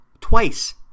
twice